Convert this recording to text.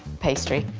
pastry.